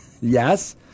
Yes